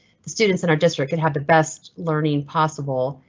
the students in our district would have the best learning possible.